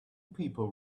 people